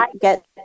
get